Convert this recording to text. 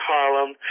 Harlem